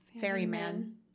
Ferryman